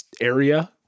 area